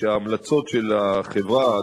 המשרד שכר חברת ייעוץ,